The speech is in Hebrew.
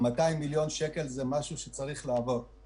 200 מיליון השקלים צריכים לעבור.